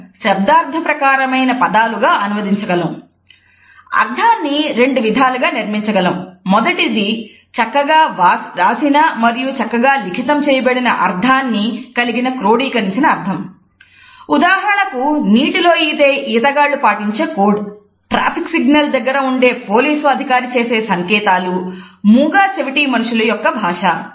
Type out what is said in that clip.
emblems దగ్గర ఉండే పోలీసు అధికారి చేసే సంకేతాలు మూగ చెవిటి మనుషుల యొక్క భాష